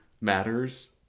matters